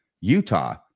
Utah